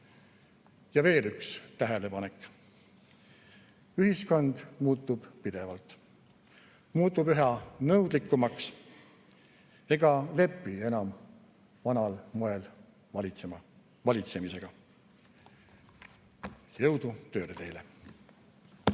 Ja veel üks tähelepanek: ühiskond muutub pidevalt, muutub üha nõudlikumaks ega lepi enam vanal moel valitsemisega. Jõudu tööle teile!